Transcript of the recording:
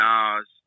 Nas